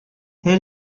her